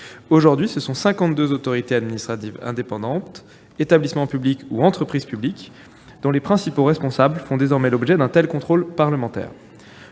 Aujourd'hui, ce sont 52 autorités administratives indépendantes (AAI), établissements publics ou entreprises publiques dont les principaux responsables font désormais l'objet d'un tel contrôle parlementaire.